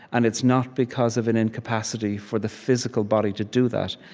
and it's not because of an incapacity for the physical body to do that.